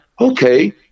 okay